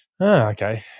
okay